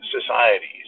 societies